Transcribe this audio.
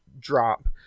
drop